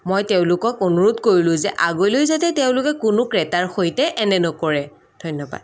মই তেওঁলোকক অনুৰোধ কৰিলোঁ যে আগলৈ যাতে তেওঁলোকে কোনো ক্ৰেতাৰ সৈতে এনে নকৰে ধন্যবাদ